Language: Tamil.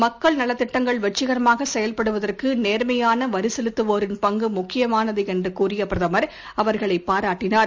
மக்கள் நலத்திட்டங்கள் வெற்றிகரமாக செயல்படுவதற்கு நேர்மையான வரி செலுத்துவோரின் பங்கு முக்கியமானது என்று கூறிய பிரதமர் அவர்களைப் பாராட்டினார்